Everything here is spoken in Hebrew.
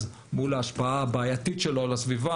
מול ההשפעה הבעייתית שלנו על הסביבה,